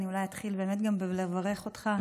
אני אולי אתחיל באמת בלברך אותך,